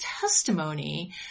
testimony